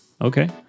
Okay